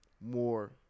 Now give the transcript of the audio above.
more